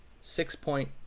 six-point